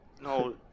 No